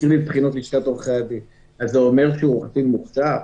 זה אומר שהוא עורך דין מוכשר?